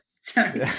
Sorry